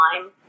time